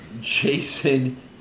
jason